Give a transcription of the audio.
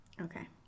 Okay